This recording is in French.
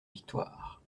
victoire